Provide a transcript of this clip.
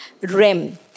REM